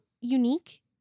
unique